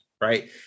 Right